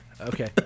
Okay